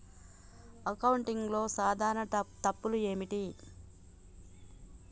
అకౌంటింగ్లో సాధారణ తప్పులు ఏమిటి?